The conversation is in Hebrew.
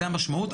זה המשמעות.